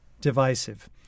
divisive